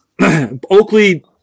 Oakley